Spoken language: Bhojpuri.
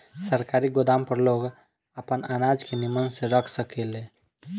सरकारी गोदाम पर लोग आपन अनाज के निमन से रख सकेले